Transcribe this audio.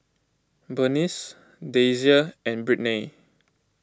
Bernice Dasia and Brittnay